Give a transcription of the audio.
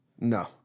No